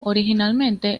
originalmente